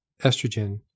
estrogen